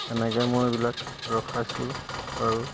এনেকৈ মই এইবিলাক ৰখাইছোঁ আৰু